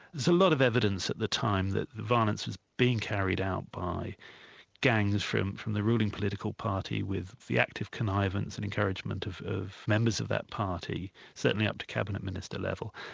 so lot of evidence at the time that the violence was being carried out by gangs from from the ruling political party with the active connivance and encouragement of of members of that party, certainly up to cabinet minister level.